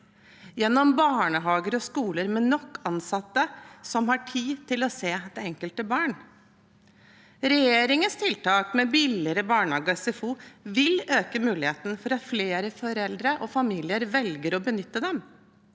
nom barnehager og skoler med nok ansatte som har tid til å se det enkelte barn. Regjeringens tiltak med billigere barnehage og SFO vil øke muligheten for at flere foreldre og familier velger å benytte dem.